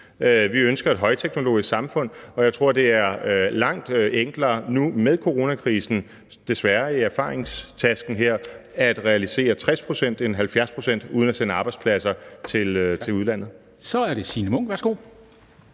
Vi ønsker et højteknologisk samfund. Og jeg tror, det er langt enklere nu med coronakrisen – desværre – i erfaringstasken at realisere 60 pct. end 70 pct. uden at sende arbejdspladser til udlandet. Kl. 11:18 Formanden (Henrik